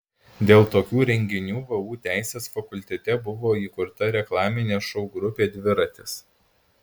dėl tokių renginių vu teisės fakultete buvo įkurta reklaminė šou grupė dviratis